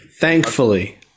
Thankfully